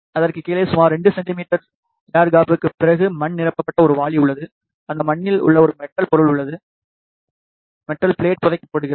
அதற்குக் கீழே சுமார் 2 சென்டிமீட்டர் ஏர் கேப்க்குப் பிறகு மண் நிரப்பப்பட்ட ஒரு வாளி உள்ளது அந்த மண்ணின் உள்ளே ஒரு மெட்டல் பொருள் அல்லது மெட்டல் பிளேட் புதைக்கப்படுகிறது